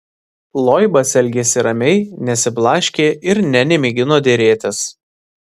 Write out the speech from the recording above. loibas elgėsi ramiai nesiblaškė ir nė nemėgino derėtis